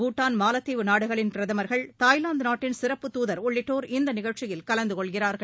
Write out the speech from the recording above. பூட்டான் மாலத்தீவு நாடுகளின் பிரதமர்கள் தாய்வாந்து நாட்டின் சிறப்புத்தூதர் உள்ளிட்டோர் இந்த நிகழ்ச்சியில் கலந்து கொள்கிறார்கள்